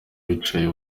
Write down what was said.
wicaye